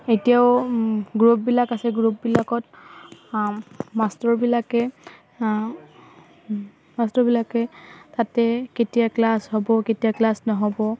এতিয়াও গ্ৰুপবিলাক আছে গ্ৰুপবিলাকত মাষ্টৰবিলাকে মাষ্টৰবিলাকে তাতে কেতিয়া ক্লাছ হ'ব কেতিয়া ক্লাছ নহ'ব